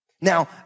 Now